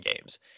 games